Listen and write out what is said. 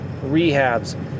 rehabs